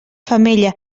femella